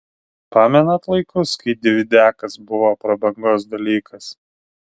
pamenat laikus kai dividiakas buvo prabangos dalykas